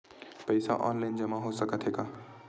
पईसा ऑनलाइन जमा हो साकत हे का?